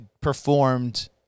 performed